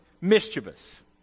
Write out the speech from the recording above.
mischievous